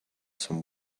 some